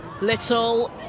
Little